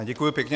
Děkuji pěkně.